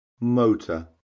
motor